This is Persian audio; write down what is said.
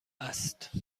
است